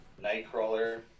nightcrawler